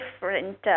different